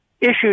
issued